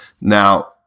Now